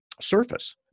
surface